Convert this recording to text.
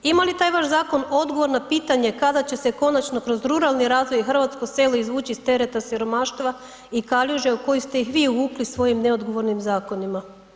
Ima li taj vaš zakon odgovor na pitanje kada će se konačno kroz ruralni razvoj hrvatsko selo izvući iz tereta siromaštva i kaljuže u koju ste ih vi uvukli svojim neodgovornim zakonima?